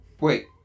Wait